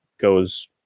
goes